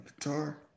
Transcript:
guitar